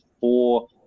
four